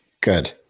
Good